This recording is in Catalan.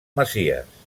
messies